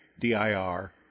dir